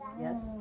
Yes